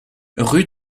rue